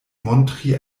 montri